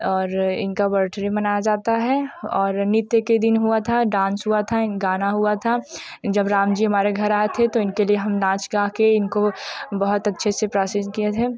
और इनका बठडे मनाया जाता है और नित्य के दिन हुआ था डांस हुआ था गाना हुआ था जब राम जी हमारे घर आए थे तो उनके लिए हम नाच गा के इनको बहुत अच्छे से प्रासिंग किए थे